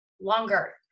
longer